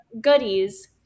goodies